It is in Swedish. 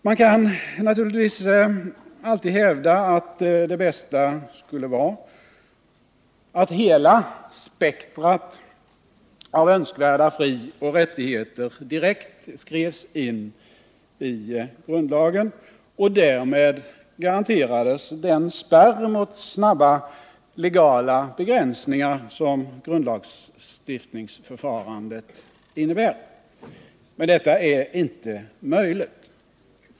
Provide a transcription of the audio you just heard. Man kan naturligtvis alltid hävda, att det bästa skulle vara att hela spektrat av önskvärda frioch rättigheter direkt skrevs in i grundlagen och därmed garanterades den spärr mot snabba legala begränsningar som grundlagsstiftningsförfarandet innebär. Detta är dock inte möjligt.